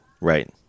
Right